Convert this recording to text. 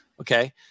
Okay